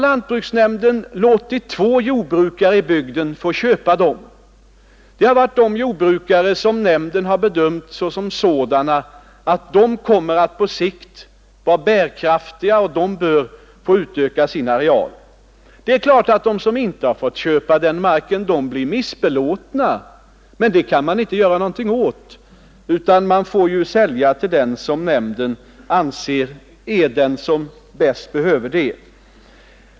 Lantbruksnämnden har låtit två jordbrukare i bygden få köpa dessa gårdar, nämligen de jordbrukare vilkas gårdar nämnden bedömt på sikt kommer att vara bärkraftiga. Det är klart att de som inte har fått köpa marken blir missbelåtna, men det kan man inte göra någonting åt — lantbruksnämnden måste ju sälja till den som nämnden anser bäst behöver arealen.